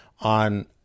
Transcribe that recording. on